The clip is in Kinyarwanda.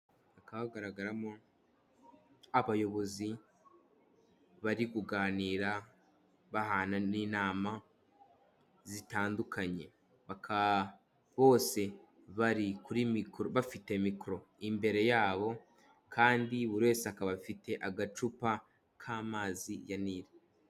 Hakaba hagaragaramo abayobozi bari kuganira bahana n'inama zitandukanye, bose bari kuri mikoro bafite mikoro imbere yabo kandi buri wese akaba afite agacupa k'amazi ya nili.